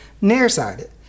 nearsighted